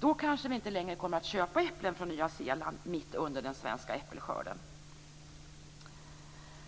Då kanske vi inte längre kommer att köpa äpplen från Nya Zeeland mitt under den svenska äppelskörden.